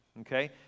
Okay